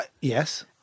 Yes